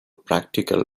practical